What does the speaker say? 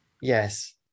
yes